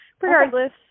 regardless